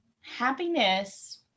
happiness